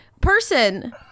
person